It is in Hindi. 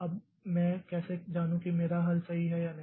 अब मैं कैसे जानू कि मेरा हल सही है या नहीं